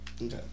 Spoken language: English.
Okay